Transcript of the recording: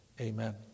Amen